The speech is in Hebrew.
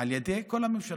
על ידי כל הממשלות.